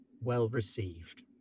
well-received